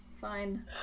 Fine